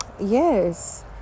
yes